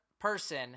person